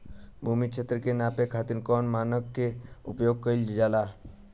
भूमि क्षेत्र के नापे खातिर कौन मानक के उपयोग कइल जाला?